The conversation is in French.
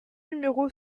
numéro